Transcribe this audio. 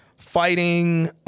fighting